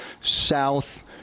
South